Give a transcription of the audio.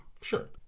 Sure